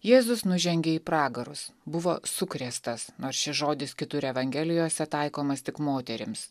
jėzus nužengė į pragarus buvo sukrėstas nors šis žodis kitur evangelijose taikomas tik moterims